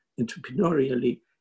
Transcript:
entrepreneurially